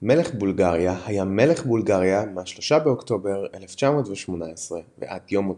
מלך בולגריה היה מלך בולגריה מ-3 באוקטובר 1918 ועד יום מותו.